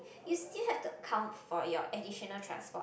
you still have to account for your additional transport